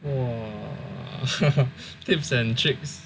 !wah! the tips and tricks